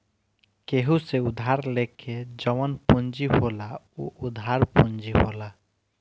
केहू से उधार लेके जवन पूंजी होला उ उधार पूंजी होला